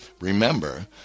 Remember